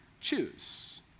choose